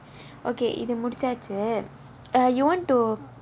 okay இது முடிச்சாச்சு:ithu mudichaachu err you want to